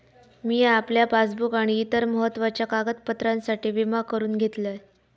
मिया आपल्या पासबुक आणि इतर महत्त्वाच्या कागदपत्रांसाठी विमा करून घेतलंय